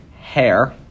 Hair